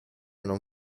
non